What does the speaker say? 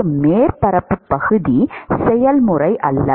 மற்றும் மேற்பரப்பு பகுதி செயல்முறை அல்ல